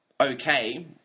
okay